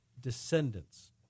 descendants